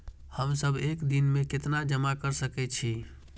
हम सब एक दिन में केतना जमा कर सके छी?